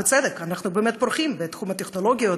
ובצדק: אנחנו באמת פורחים בתחום הטכנולוגיות,